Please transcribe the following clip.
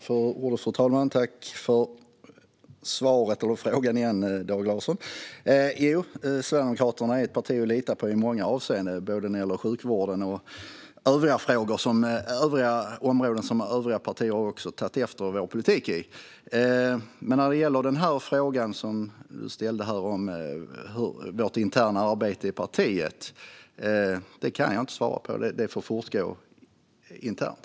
Fru talman! Tack för svaret och, återigen, frågan, Dag Larsson! Jo, Sverigedemokraterna är ett parti att lita på i många avseenden, både när det gäller sjukvården och när det gäller frågor på områden där övriga partier har tagit efter vår politik. När det gäller den fråga om vårt interna arbete i partiet som ställdes här kan jag dock inte svara på den. Det arbetet får fortgå internt.